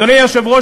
אדוני היושב-ראש,